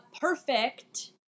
perfect